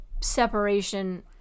separation